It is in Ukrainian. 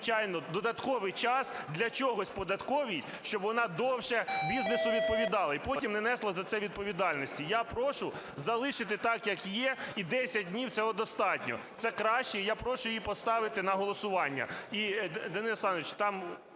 додатковий час для чогось податковій, щоб вона довше бізнесу відповідала і потім не несла за це відповідальності. Я прошу залишити так, як є, і 10 днів - цього достатньо. Це краще, і я прошу її поставити на голосування. І, Дмитре